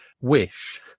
wish